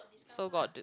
so got